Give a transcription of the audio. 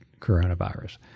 coronavirus